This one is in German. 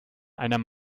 einer